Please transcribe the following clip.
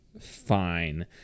fine